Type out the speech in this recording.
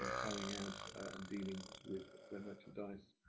carrying out and dealing with their merchandise,